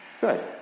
Good